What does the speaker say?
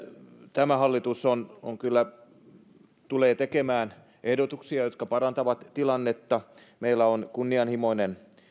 tämä hallitus tulee kyllä tekemään ehdotuksia jotka parantavat tilannetta meillä on kunnianhimoinen